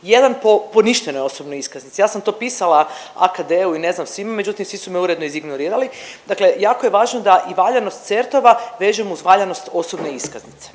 jedan po poništenoj osobnoj iskaznici. Ja sam to pisala AKD-u i ne znam svima, međutim svi su me uredno izignorirali, dakle jako je važno da i valjanost CERT-ova vežemo uz valjanost osobne iskaznice,